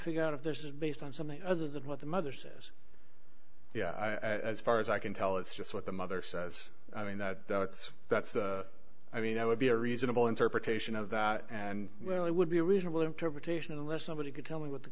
figure out of this is based on something other than what the mother says yeah as far as i can tell it's just what the mother says i mean that that's i mean i would be a reasonable interpretation of that and well it would be a reasonable interpretation unless somebody could tell me what the